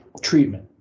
treatment